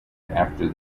after